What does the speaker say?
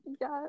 Yes